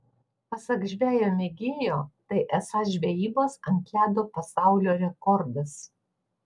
pasak žvejo mėgėjo tai esąs žvejybos ant ledo pasaulio rekordas